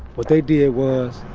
what they did was,